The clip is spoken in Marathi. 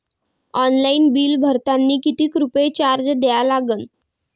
ऑनलाईन बिल भरतानी कितीक रुपये चार्ज द्या लागन?